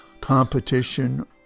competition